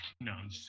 no